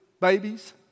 babies